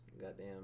Goddamn